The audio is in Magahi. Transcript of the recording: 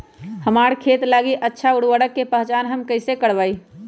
हमार खेत लागी अच्छा उर्वरक के पहचान हम कैसे करवाई?